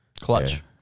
Clutch